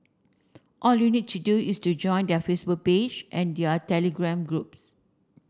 all you need to do is to join their Facebook page and their telegram groups